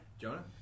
Jonah